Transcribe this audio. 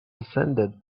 descended